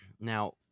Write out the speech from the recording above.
now